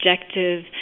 objective